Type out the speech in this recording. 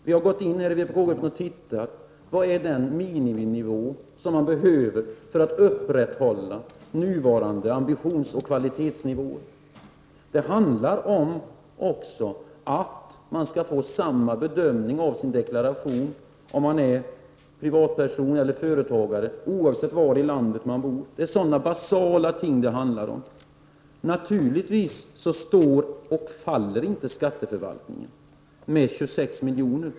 Vi har tagit reda på vilken miniminivå man behöver uppnå för att upprätthålla nuvarande ambitionsoch kvalitetsnivå. Det handlar också om att alla skall få samma bedömning av sina deklarationer, oavsett om man är privatperson eller företag och oavsett var i landet man bor. Det är sådana basala ting det handlar om. Naturligtvis står och faller inte skatteförvaltningen med 26 miljoner.